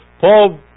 Paul